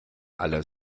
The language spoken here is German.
aller